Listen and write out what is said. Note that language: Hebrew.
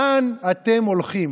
את שאשא ביטון,